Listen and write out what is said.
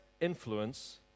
influence